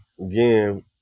again